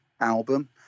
album